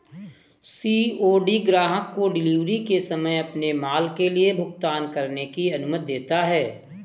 COD ग्राहक को delivery के समय अपने माल के लिए भुगतान करने की अनुमति देता है